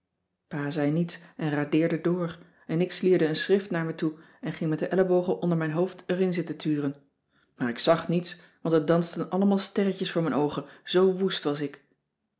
pa zei niets en radeerde door en ik slierde een schrift naar me toe en ging met de ellebogen onder mijn hoofd erin zitten turen maar ik zag niets want er dansten allemaal sterretjes voor mijn oogen zoo woest was ik